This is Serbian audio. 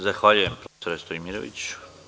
Zahvaljujem, dr Stojmiroviću.